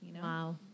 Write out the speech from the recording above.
Wow